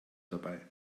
dabei